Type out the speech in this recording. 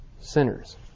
sinners